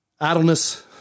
idleness